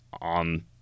on